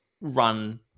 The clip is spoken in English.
run